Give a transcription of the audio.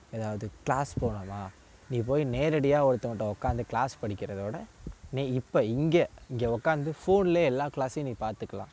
ஏதாவது க்ளாஸ் போலாமா நீ போய் நேரடியாக ஒருத்தவங்கட்ட உக்காந்து க்ளாஸ் படிக்கிறதோடு நீ இப்போ இங்கே இங்கே உக்காந்து ஃபோன்லே எல்லா க்ளாஸையும் நீங்கள் பார்த்துக்கலாம்